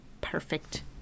Perfect